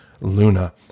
luna